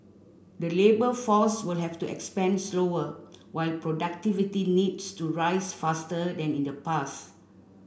the labour force will have to expand slower while productivity needs to rise faster than in the past